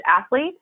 athlete